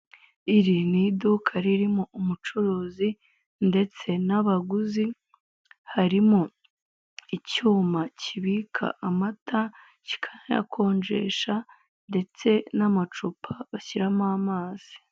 Iri ni iduka ririmo umucuruzi ndetse n'abaguzi, harimo icyuma kibika amata, kikanayakonjesha ndetse n'amacupa bashyiramo amazi.